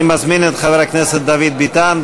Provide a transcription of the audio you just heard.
אני מזמין את חבר הכנסת דוד ביטן.